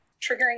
triggering